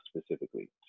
specifically